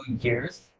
years